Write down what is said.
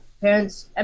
Parents